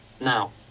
Now